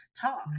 talk